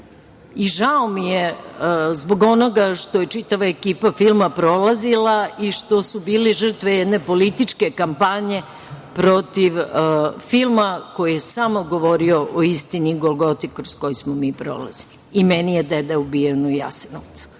i žao mi je zbog onoga što je čitava ekipa filma prolazila i što su bili žrtve jedne političke kampanje protiv filma koji je samo govorio o istini i golgoti kroz koju smo mi prolazili. I meni je deda ubijen u Jasenovcu. Prema